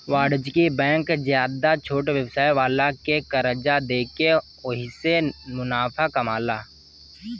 वाणिज्यिक बैंक ज्यादे छोट व्यवसाय वाला के कर्जा देके ओहिसे मुनाफा कामाला